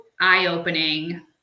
eye-opening